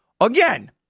Again